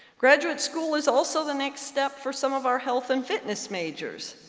graduate school is also the next step for some of our health and fitness majors.